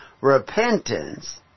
repentance